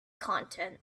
content